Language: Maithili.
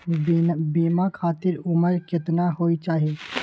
बीमा खातिर उमर केतना होय चाही?